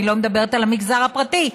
אני לא מדברת על המגזר הפרטי,